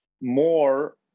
more